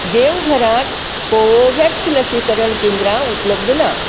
देवघरांत Covovax लसीकरण केंद्रां उपलब्ध ना